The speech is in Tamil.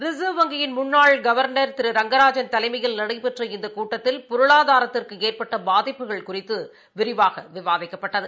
ரிசா்வ் வங்கியின் முன்னாள் கவா்னா் திரு ரங்கராஜன் தலைமையில் நடைபெற்ற இந்தகூட்டத்தில் பொருளாதாரத்திற்குஏற்பட்டபாதிப்புகள் குறித்துவிரிவாகவிவாதிக்கப்பட்டது